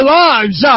lives